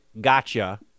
gotcha